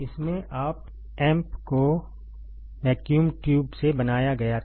इसमें op amp को vacuum tube से बनाया गया था